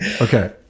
Okay